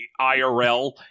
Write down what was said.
IRL